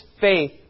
faith